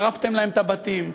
שרפתם להם את הבתים,